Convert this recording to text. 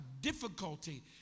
difficulty